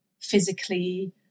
physically